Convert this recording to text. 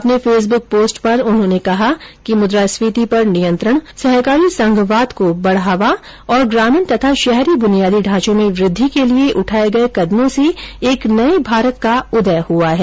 अपने Facebook post पर उन्होंने कहा कि मुद्रास्फीति पर नियंत्रण सहकारी संघवाद को बढ़ावा और ग्रामीण तथा शहरी बुनियादी ढ़ाचों में वृद्धि के लिए उठाए गए कदमों से एक नए भारत का उदय हआ है